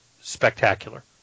spectacular